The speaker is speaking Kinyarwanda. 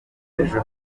ejo